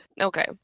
Okay